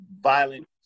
violent